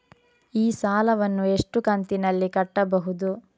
ಈ ಸಾಲವನ್ನು ಎಷ್ಟು ಕಂತಿನಲ್ಲಿ ಕಟ್ಟಬಹುದು?